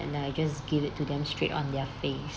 and I just give it to them straight on their face